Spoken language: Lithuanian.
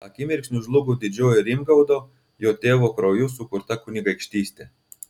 akimirksniu žlugo didžioji rimgaudo jo tėvo krauju sukurta kunigaikštystė